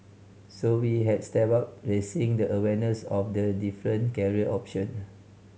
so we have stepped up raising the awareness of the different career option